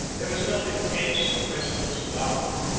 there is nothing tense or restless about them,